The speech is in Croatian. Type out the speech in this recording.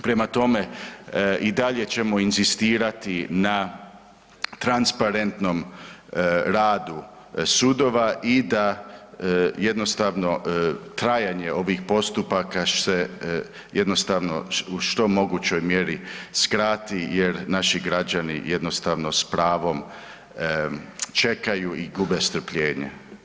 Prema tome i dalje ćemo inzistirati na transparentnom radu sudova i da jednostavno trajanje ovih postupaka se jednostavno u što mogućoj mjeri skrati jer naši građani jednostavno s pravom čekaju i gube strpljenje.